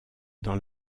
dans